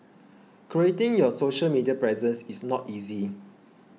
curating your social media presence is not easy